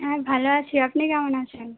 হ্যাঁ ভালো আছি আপনি কেমন আছেন